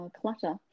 clutter